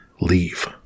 leave